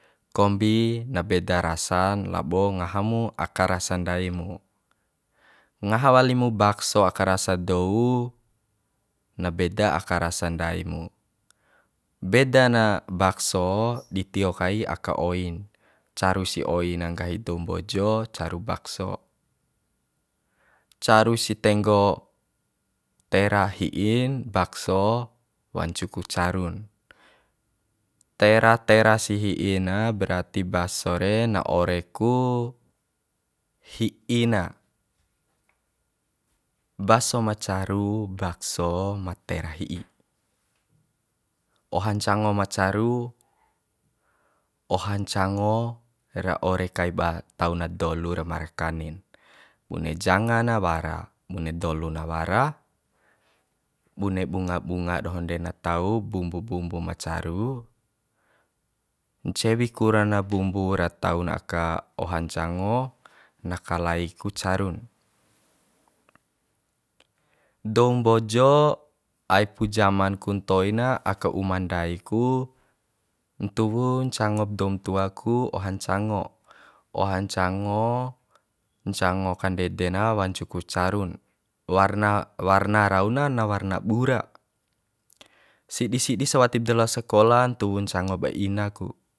Kombi na beda rasan labo ngaha mu aka rasa ndai mu ngaha wali mu bakso aka rasa dou na beda aka rasa ndai mu beda na bakso di tio kai aka oin caru si oin nggahi dou mbojo caru bakso caru si tenggo tera hi'i bakso wancu ku carun tera tera si hi'i na berarti bakso re na ore ku hi'i na baso ma caru bakso ma tera hi'in oha ncango ma caru oha ncango ra ore kaiba tau na dolu ra markanin bune janga na wara bune dolu na wara bune bunga bunga dohon de na tau bumbu bumbu ma caru ncewi kura na bumbu ra taun aka oha ncango na kalai ku carun dou mbojo aipu jaman ku ntoi na aka uma ndai ku ntuwu ncangop doum tua ku oha ncango oha ncango ncango kandede na wancu ku carun warna warna rau na na warna bura sidi sidi sawatib da lao sakola ntuwu ncango ba ina ku